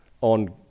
on